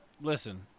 Listen